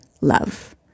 love